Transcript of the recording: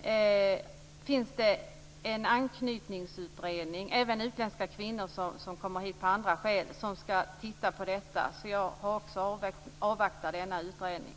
och även de utländska kvinnor som kommer hit av andra skäl, finns det en anknytningsutredning som skall titta på detta. Jag vill också avvakta denna utredning.